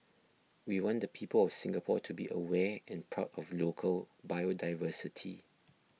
we want the people of Singapore to be aware and proud of local biodiversity